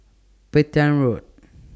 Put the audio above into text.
Petain Road